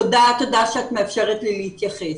תודה רבה שאת מאפשרת לי להתייחס.